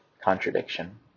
Contradiction